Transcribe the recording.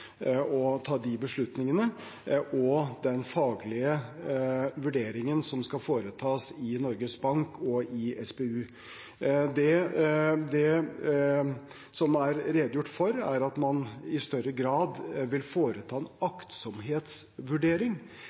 ta de beslutningene, og den faglige vurderingen som skal foretas i Norges Bank og i SPU. Det som er redegjort for, er at man i større grad vil foreta en aktsomhetsvurdering.